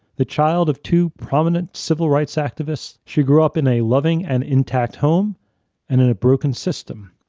the child of two prominent civil rights activists, she grew up in a loving and intact home and in a broken system.